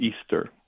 Easter